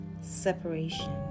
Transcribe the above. separation